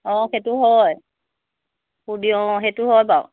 অঁ সেইটো হয় অঁ সেইটো হয় বাৰু